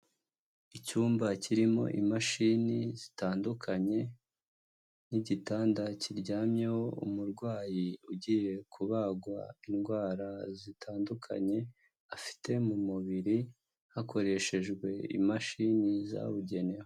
Icyumba kirimo imashini zitandukanye, n'igitanda kiryamyeho umurwayi ugiye kubagwa indwara zitandukanye afite mu mubiri, hakoreshejwe imashini zabugenewe.